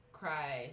cry